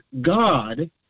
God